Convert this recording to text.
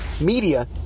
Media